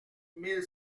mille